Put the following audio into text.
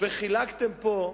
חילקתם פה,